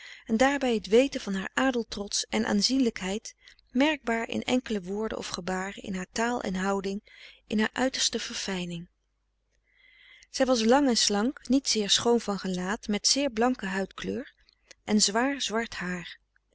en daarbij t weten van haar adel trots en aanzienlijkheid merkbaar in enkele woorden of gebaren in haar taal en houding in haar uiterste verfijning zij was lang en slank niet zeer schoon van gelaat frederik van eeden van de koele meren des doods met zeer blanke huidkleur en zwaar zwart haar